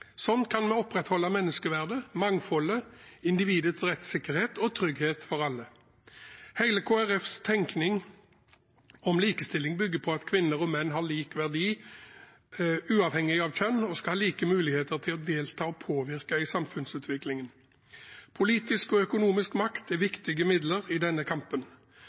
kan vi opprettholde menneskeverdet, mangfoldet, individets rettssikkerhet og trygghet for alle. Hele Kristelig Folkepartis tenkning om likestilling bygger på at kvinner og menn har lik verdi, uavhengig av kjønn, og skal ha like muligheter til å delta i og påvirke samfunnsutviklingen. Politisk og økonomisk makt er viktige midler i denne kampen.